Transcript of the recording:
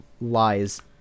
lies